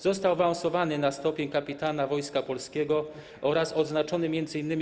Został awansowany na stopień kapitana Wojska Polskiego oraz odznaczony m.in.